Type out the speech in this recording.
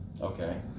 Okay